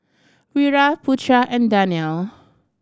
Wira Putra and Danial